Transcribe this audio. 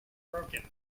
broken